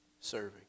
Serving